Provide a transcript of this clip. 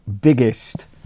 biggest